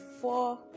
four